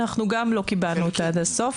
אנחנו גם לא קיבלנו אותה עד הסוף,